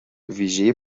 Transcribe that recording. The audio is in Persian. ویژهی